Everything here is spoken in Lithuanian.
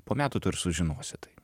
po metų tu ir sužinosi tai